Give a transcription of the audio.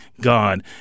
God